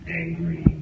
angry